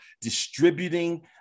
distributing